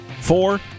four